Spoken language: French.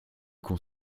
qu’on